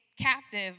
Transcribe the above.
captive